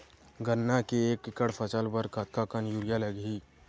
गन्ना के एक एकड़ फसल बर कतका कन यूरिया लगही?